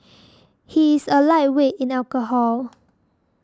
he is a lightweight in alcohol